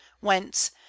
whence